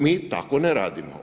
Mi tako ne radimo.